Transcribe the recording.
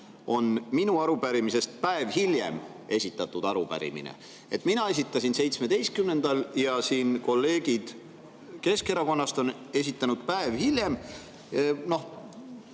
minu arupärimisest päev hiljem esitatud arupärimine. Mina esitasin 17. [jaanuaril] ja kolleegid Keskerakonnast on esitanud päev hiljem.